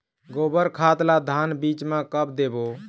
गोबर खाद ला धान बीज म कब देबो?